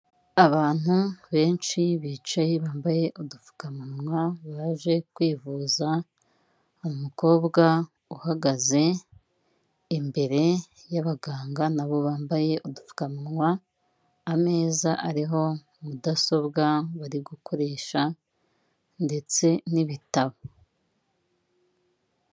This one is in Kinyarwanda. Abantu benshi bicaye bambaye udupfukamunwa baje kwivuza, umukobwa uhagaze imbere y'abaganga nabo bambaye udupfukawa, ameza ariho mudasobwa bari gukoresha ndetse n'ibitabo.